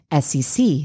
SEC